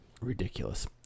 ridiculous